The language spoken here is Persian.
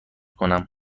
کنم